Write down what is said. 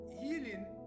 healing